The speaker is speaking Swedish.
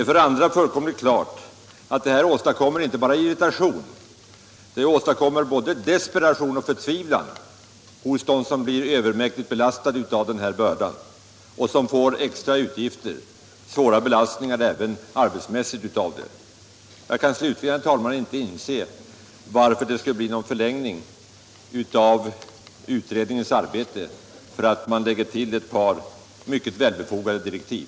För det andra är det fullkomligt klart att det uppstår inte bara irritation utan både desperation och förtvivlan hos dem som blir övermäktigt belastade av den här bördan och som får extra utgifter och extra arbete. Jag kan slutligen, herr talman, inte inse varför det skulle bli någon fördröjning av utredningens resultat för att man lägger till ett par mycket välbefogade direktiv.